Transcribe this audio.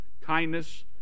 kindness